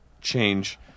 change